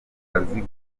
gakomeye